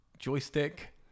joystick